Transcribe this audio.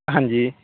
ਹਾਂਜੀ